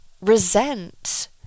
resent